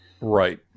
right